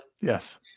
Yes